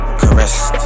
caressed